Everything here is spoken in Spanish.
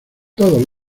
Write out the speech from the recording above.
todos